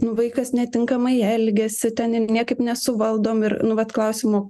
nu vaikas netinkamai elgiasi ten jo niekaip nesuvaldom ir nu vat klausimo